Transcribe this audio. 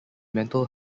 mental